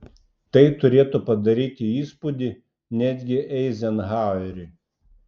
tai turėtų padaryti įspūdį netgi eizenhaueriui